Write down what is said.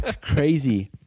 crazy